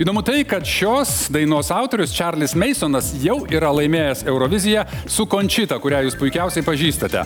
įdomu tai kad šios dainos autorius čarlis meisonas jau yra laimėjęs euroviziją su končita kurią jūs puikiausiai pažįstate